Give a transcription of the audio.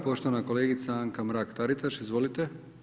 Poštovana kolegica Anka Mrak-Taritaš, izvolite.